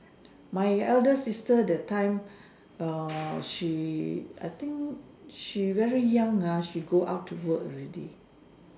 my elder sister that time err she I think she very young ah she go out to work already